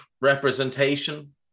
representation